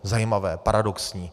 Zajímavé, paradoxní.